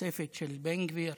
ותוספת של בן גביר,